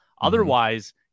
otherwise